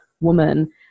woman